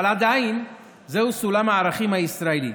אבל עדיין זהו סולם הערכים הישראלי.